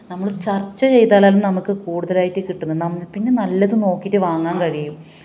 നമ്മൾ ചർച്ച ചെയ്താലാണ് നമുക്ക് കൂടുതലായിട്ട് കിട്ടുന്നത് നം പിന്നെ നല്ലത് നോക്കിയിട്ട് വാങ്ങാൻ കഴിയും